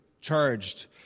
charged